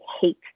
hate